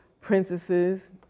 princesses